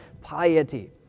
piety